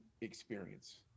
experience